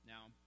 Now